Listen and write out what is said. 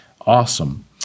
awesome